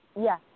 Yes